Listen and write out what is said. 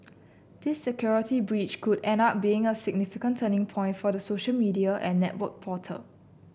this security breach could end up being a significant turning point for the social media and network portal